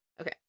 Okay